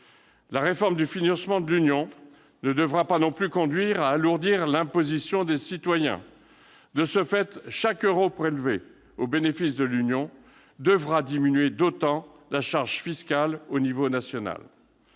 La réforme du financement de l'Union européenne ne devra pas non plus conduire à alourdir l'imposition des citoyens. De ce fait, chaque euro prélevé au bénéfice de l'Union européenne devra diminuer d'autant la charge fiscale au niveau national.